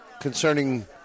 concerning